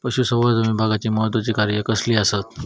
पशुसंवर्धन विभागाची महत्त्वाची कार्या कसली आसत?